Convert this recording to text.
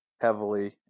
heavily